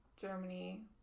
Germany